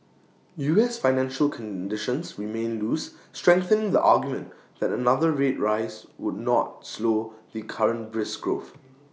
us financial conditions remain loose strengthening the argument that another rate rise would not slow the current brisk growth